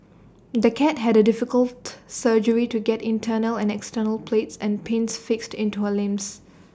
the cat had A difficult surgery to get internal and external plates and pins fixed into her limbs